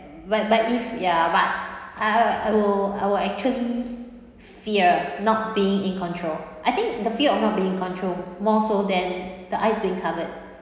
but but if ya but uh oh I will actually fear not being in control I think the fear of not being in control more so than the eyes being covered